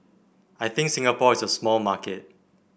I think Singapore is a small market